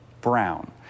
brown